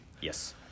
Yes